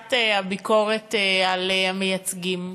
שאלת הביקורת על המייצגים,